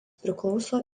priklauso